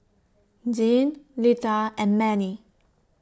Deann Leatha and Mannie